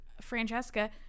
Francesca